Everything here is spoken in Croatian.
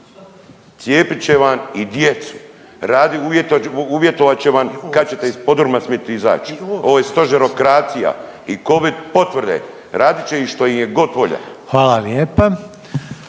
Cijepit će vam i djecu, uvjetovat će vam kad ćete iz podruma smit izać, ovo je stožerokracija i covid potvrde radit će i što im je god volja.